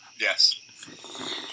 Yes